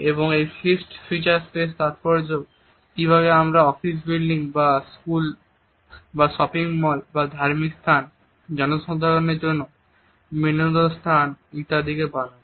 এবং এই fixed feature space তাৎপর্যপূর্ণ কিভাবে আমরা অফিস বিল্ডিং বা স্কুল বা শপিং মল বা ধার্মিক স্থান জনসাধারণের জন্য বিনোদন স্থান ইত্যাদিকে বানাই